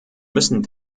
müssen